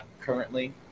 currently